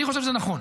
אני חושב שזה נכון,